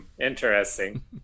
Interesting